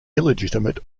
illegitimate